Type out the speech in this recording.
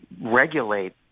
regulate